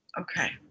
Okay